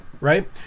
right